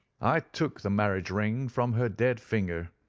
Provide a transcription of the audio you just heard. i took the marriage ring from her dead finger,